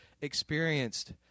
experienced